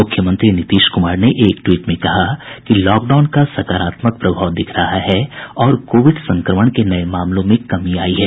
मुख्यमंत्री नीतीश कुमार ने एक ट्वीट में कहा कि लॉकडाउन का सकारात्मक प्रभाव दिख रहा है और कोविड संक्रमण के नये मामलों में कमी आई है